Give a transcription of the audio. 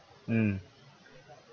mm